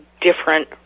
different